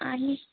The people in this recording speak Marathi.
आणि